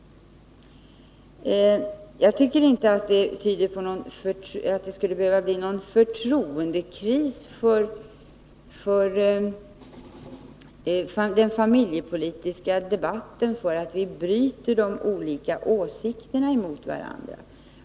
Det behöver inte bli någon förtroendekris för den familjepolitiska debatten därför att vi låter de olika åsikterna bryta sig mot varandra.